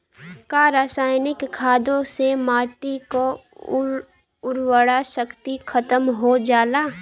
का रसायनिक खादों से माटी क उर्वरा शक्ति खतम हो जाला?